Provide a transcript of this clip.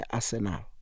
Arsenal